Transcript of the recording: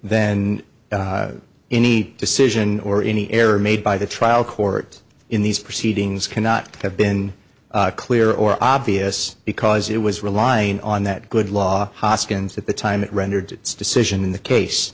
n any decision or any error made by the trial court in these proceedings cannot have been clear or obvious because it was relying on that good law hoskins at the time it rendered its decision in the case